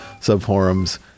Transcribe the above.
subforums